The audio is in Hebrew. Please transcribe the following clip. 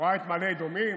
רואה את מעלה אדומים